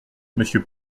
monsieur